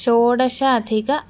षोडशाधिकं